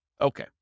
Okay